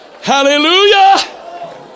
Hallelujah